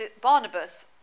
Barnabas